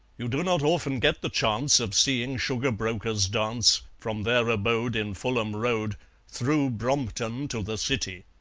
you do not often get the chance of seeing sugar brokers dance from their abode in fulham road through brompton to the city.